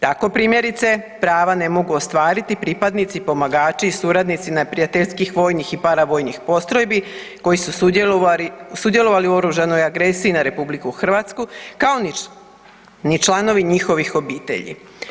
Tako primjerice prava ne mogu ostvariti pripadnici, pomagači i suradnici neprijateljskih vojnih i paravojnih postrojbi koji su sudjelovali u oružanoj agresiji na RH kao ni članovi njihovih obitelji.